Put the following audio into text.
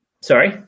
Sorry